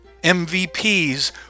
MVPs